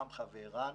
עמך וער"ן.